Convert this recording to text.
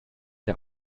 der